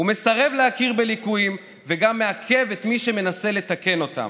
הוא מסרב להכיר בליקויים וגם מעכב את מי שמנסה לתקן אותם.